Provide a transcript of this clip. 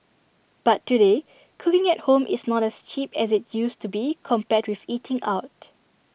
but today cooking at home is not as cheap as IT used to be compared with eating out